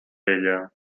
ella